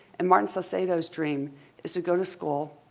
and martin salsado's dream is to go to school,